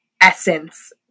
essence